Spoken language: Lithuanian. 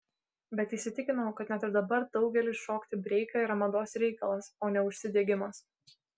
bet įsitikinau kad net ir dabar daugeliui šokti breiką yra mados reikalas o ne užsidegimas